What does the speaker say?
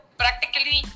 practically